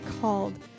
called